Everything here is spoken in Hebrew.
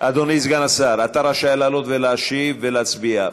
אדוני סגן השר, אתה רשאי לעלות ולהשיב ולהצביע.